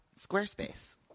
squarespace